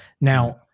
now